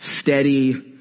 steady